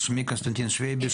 שמי קונסטנטין שוויביש,